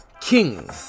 king